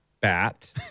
bat